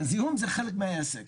זיהום זה חלק מהעסק,